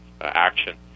action